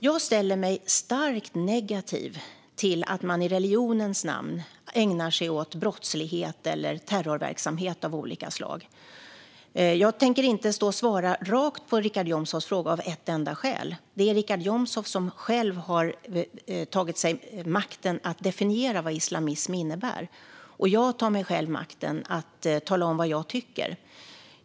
Jag ställer mig starkt negativ till att man i religionens namn ägnar sig åt brottslighet eller terrorverksamhet av olika slag. Jag tänker inte stå och svara rakt på Richard Jomshofs fråga. Det finns ett enda skäl till det, nämligen att Richard Jomshof själv har tagit sig makten att definiera vad islamism innebär. Jag tar mig själv makten att tala om vad jag tycker.